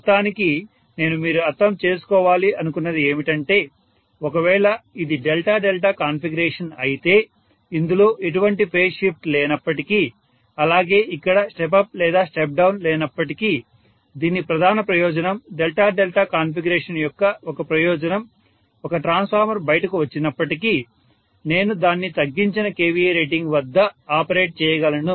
మొత్తానికి నేను మీరు అర్థం చేసుకోవాలి అనుకున్నది ఏమిటంటే ఒకవేళ ఇది డెల్టా డెల్టా కాన్ఫిగరేషన్ అయితే ఇందులో ఇటువంటి ఫేజ్ షిప్ట్ లేనప్పటికీ అలాగే ఇక్కడ స్టెప్ అప్ లేదా స్టెప్ డౌన్ లేనప్పటికీ దీని ప్రధాన ప్రయోజనం డెల్టా డెల్టా కాన్ఫిగరేషన్ యొక్క ఒక ప్రయోజనం ఒక ట్రాన్స్ఫార్మర్ బయటకు వచ్చినప్పటికీ నేను దాన్ని తగ్గించిన kVA రేటింగ్ వద్ద ఆపరేట్ చేయగలను